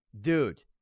Dude